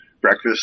breakfast